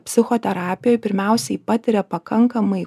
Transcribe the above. psichoterapijoj pirmiausiai patiria pakankamai